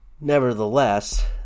Nevertheless